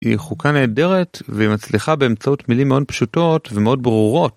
היא חוקה נהדרת והיא מצליחה באמצעות מילים מאוד פשוטות ומאוד ברורות.